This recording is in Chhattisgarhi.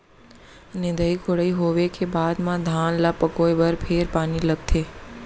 निंदई कोड़ई होवे के बाद म धान ल पकोए बर फेर पानी लगथे